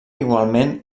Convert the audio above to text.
igualment